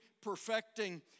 perfecting